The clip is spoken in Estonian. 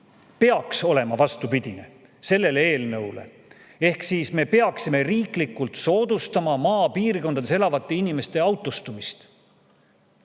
peaks olema vastupidine sellele eelnõule. Me peaksime riiklikult soodustama maapiirkondades elavate inimeste autostumist.